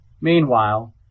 Meanwhile